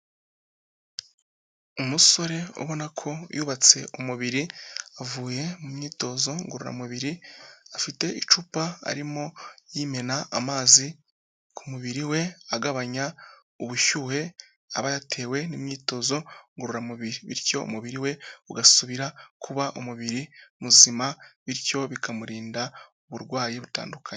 Umusore ubona ko yubatse umubiri, avuye mu myitozo ngororamubiri afite icupa arimo yimena amazi ku mubiri we agabanya ubushyuhe aba yatewe n'imyitozo ngororamubiri, bityo umubiri we ugasubira kuba umubiri muzima bityo bikamurinda uburwayi butandukanye.